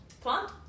Plant